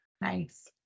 Nice